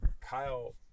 Kyle